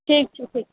ठीक छै ठीक छै